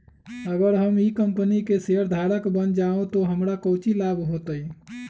अगर हम ई कंपनी के शेयरधारक बन जाऊ तो हमरा काउची लाभ हो तय?